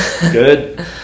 Good